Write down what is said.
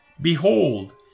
Behold